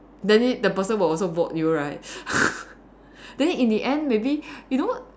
then the the person will also vote you right then in the end maybe you know